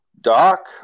Doc